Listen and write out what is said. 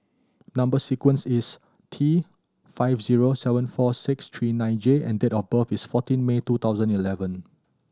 number sequence is T five zero seven four six three nine J and date of birth is fourteen May two thousand eleven